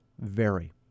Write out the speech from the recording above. vary